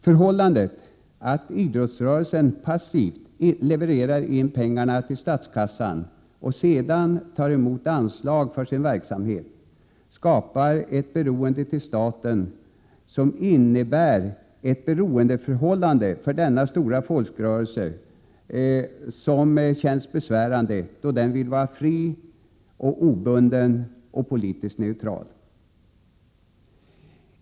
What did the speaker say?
Förhållandet att idrottsrörelsen passivt levererar in pengar till statskassan och sedan tar emot anslag för sin verksamhet skapar ett beroende av staten, som känns besvärande för denna stora folkrörelse, då den vill vara fri, obunden och politiskt neutral.